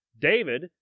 David